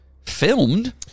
filmed